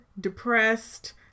depressed